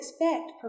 expect